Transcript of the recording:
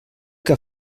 que